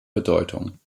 bedeutung